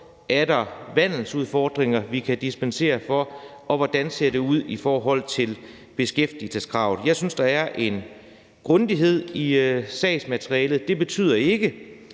Er der vandelsudfordringer, hvor vi kan dispensere? Og hvordan ser det ud i forhold til beskæftigelseskravet? Jeg synes, der er en grundighed i sagsmaterialet. Det betyder ikke,